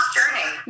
journey